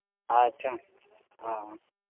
ᱟᱪᱪᱷᱟ ᱚᱻ